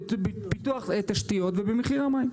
בפיתוח תשתיות ובמחיר המים.